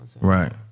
Right